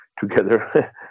together